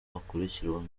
akurikiranweho